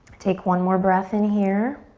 take one more breath in here,